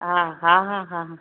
हा हा हा हा